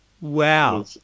Wow